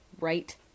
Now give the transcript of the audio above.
right